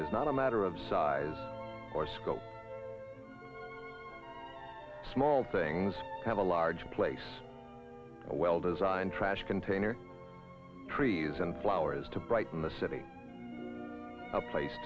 is not a matter of size or scope small things have a large place a well designed trash container trees and flowers to brighten the city a place